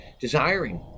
desiring